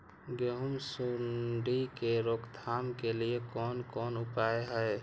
गेहूँ सुंडी के रोकथाम के लिये कोन कोन उपाय हय?